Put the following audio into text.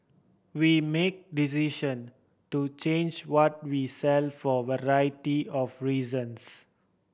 we make decision to change what we sell for variety of reasons